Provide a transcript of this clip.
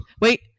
wait